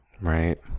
Right